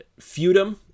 Feudum